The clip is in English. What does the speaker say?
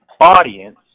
audience